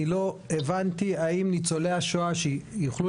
אני לא הבנתי האם ניצולי השואה שיוכלו